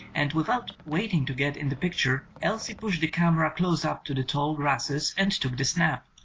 and without wait ing to get in the picture elsie pushed the camera close up to the tall grasses and took the snap.